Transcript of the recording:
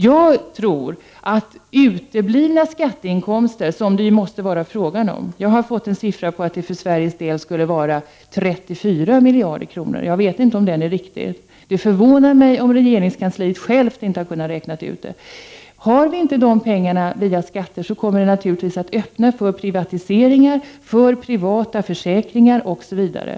Jag tror att uteblivna skatteinkomster, som det ju måste vara fråga om — jag har fått en siffra på att det för Sveriges del skulle vara 34 miljarder kronor; jag vet inte om den är riktig, men det förvånar mig att regeringskansliet självt inte har kunnat räkna ut detta — kommer att öppna för privatiseringar, privata försäkringar osv.